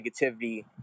negativity